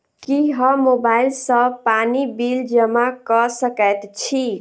की हम मोबाइल सँ पानि बिल जमा कऽ सकैत छी?